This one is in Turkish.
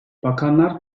bakanlar